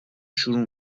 شروع